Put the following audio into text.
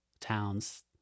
towns